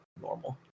normal